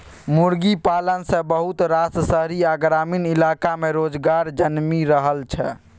मुर्गी पालन सँ बहुत रास शहरी आ ग्रामीण इलाका में रोजगार जनमि रहल छै